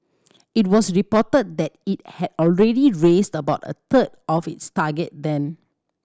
it was reported that it had already raised about a third of its target then